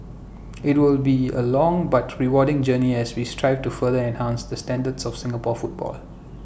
IT will be A long but rewarding journey as we strive to further enhance the standards of Singapore football